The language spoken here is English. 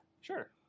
Sure